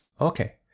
okay